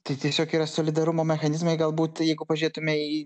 tai tiesiog yra solidarumo mechanizmai galbūt jeigu pažiūrėtume į